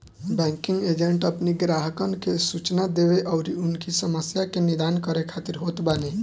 banking agent अपनी ग्राहकन के सूचना देवे अउरी उनकी समस्या के निदान करे खातिर होत बाने